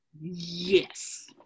Yes